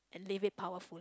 live it powerful